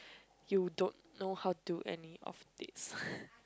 you don't know how to any of this